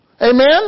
Amen